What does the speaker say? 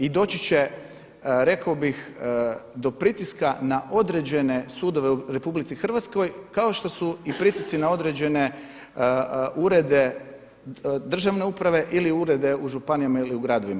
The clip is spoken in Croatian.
I doći će rekao bih do pritiska na određene sudove u RH kao što su i pritisci na određene urede državne uprave ili urede u županijama ili u gradovima.